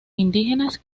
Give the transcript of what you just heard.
indígenas